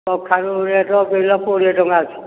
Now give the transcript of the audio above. କଖାରୁ rate kilo କୋଡ଼ିଏ ଟଙ୍କା ଅଛି